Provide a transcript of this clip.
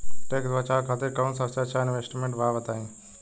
Tax बचावे खातिर कऊन सबसे अच्छा इन्वेस्टमेंट बा बताई?